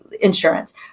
insurance